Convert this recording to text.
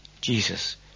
Jesus